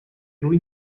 lui